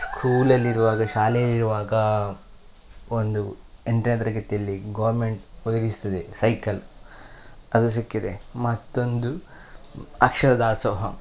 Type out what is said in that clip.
ಸ್ಕೂಲಲ್ಲಿರುವಾಗ ಶಾಲೆಯಲ್ಲಿರುವಾಗ ಒಂದು ಎಂಟನೇ ತರಗತಿಯಲ್ಲಿ ಗೋರ್ಮೆಂಟ್ ಒದಗಿಸ್ತದೆ ಸೈಕಲ್ ಅದು ಸಿಕ್ಕಿದೆ ಮತ್ತೊಂದು ಅಕ್ಷರದಾಸೋಹ